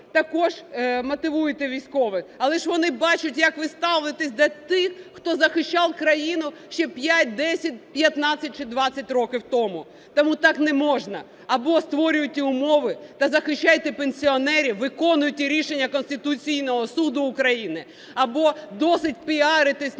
також мотивуєте військових, але ж вони бачать, як ви ставитись до тих, хто захищав країну ще 5, 10, 15 чи 20 років тому. Тому так не можна. Або створюйте умови та захищайте пенсіонерів, виконуйте рішення Конституційного Суду України, або досить піаритись на людях,